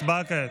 הצבעה כעת.